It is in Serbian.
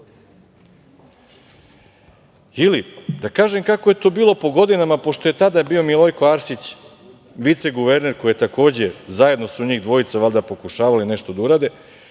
Ili, da kažem kako je to bilo po godinama, pošto je tada bio Milojko Arsić viceguverner, koji je takođe, zajedno su njih dvojica valjda pokušavali nešto da urade.